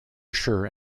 sure